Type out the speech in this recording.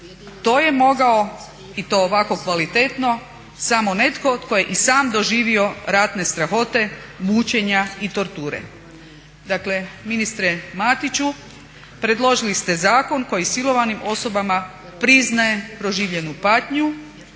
To je mogao i to ovako kvalitetno samo netko tko je i sam doživio ratne strahote, mučenja i torture. Dakle ministre Matiću, predložili ste zakon koje silovanim osobama priznaje proživljenu patnju,